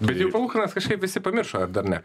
bet jau palūkanas kažkaip visi pamiršo ar dar ne